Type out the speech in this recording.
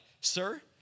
Sir